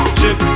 chip